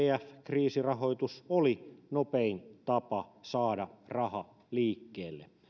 kriisirahoitus oli nopein tapa saada raha liikkeelle